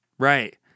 Right